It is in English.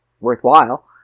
worthwhile